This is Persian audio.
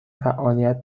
فعالیت